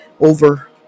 over